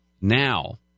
Now